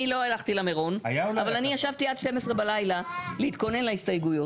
אני ישבתי עד חצות בשביל להתכונן להסתייגויות.